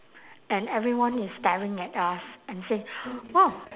and everyone is staring at us and say !wow!